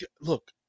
Look